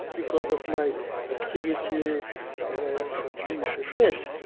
because of my activity for jewish affairs,